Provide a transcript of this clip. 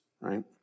right